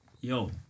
Yo